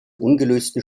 ungelösten